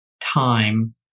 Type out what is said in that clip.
time